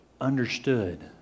understood